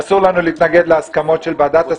אסור לנו להתנגד להסכמות של ועדת ההסכמות?